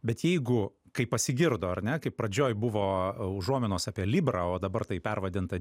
bet jeigu kai pasigirdo ar ne kaip pradžioj buvo užuominos apie librą o dabar tai pervadinta